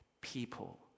people